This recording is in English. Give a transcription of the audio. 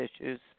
issues